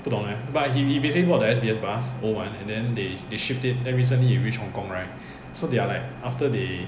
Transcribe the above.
不懂 leh but he basically bought the S_B_S bus old one and then they they shipped it then recently it reached hong-kong right so they are like after they